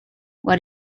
what